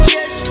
Yes